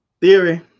Theory